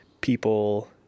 people